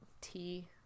tea